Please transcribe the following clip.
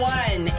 one